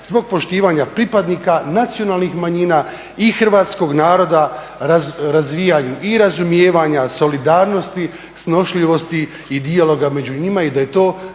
zbog poštivanja pripadnika nacionalnih manjina i hrvatskog naroda razvijaju i razumijevanja, solidarnosti, snošljivosti i dijaloga među njima i da je to